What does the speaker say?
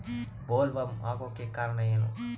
Bollworm ಆಗೋಕೆ ಕಾರಣ ಏನು?